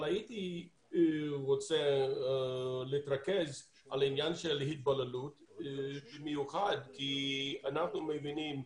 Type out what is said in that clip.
אבל הייתי רוצה להתרכז בעניין של ההתבוללות במיוחד כי אנחנו מבינים,